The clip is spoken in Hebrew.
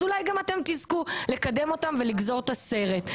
אולי גם אתם תזכו לקדם אותם ולגזור את הסרט.